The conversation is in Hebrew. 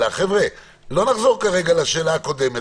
לא נחזור כרגע לשאלה הקודמת.